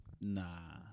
Nah